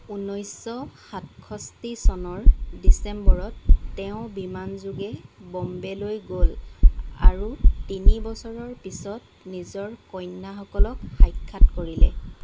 ঊনৈছশ সাতশষ্ঠি চনৰ ডিচেম্বৰত তেওঁ বিমান যোগে বম্বেলৈ গ'ল আৰু তিনি বছৰৰ পিছত নিজৰ কন্যাসকলক সাক্ষাৎ কৰিলে